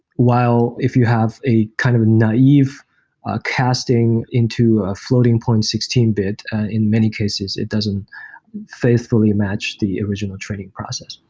while if you have kind of naive ah casting into ah floating-point sixteen bit, in many cases it doesn't faithfully match the original training process.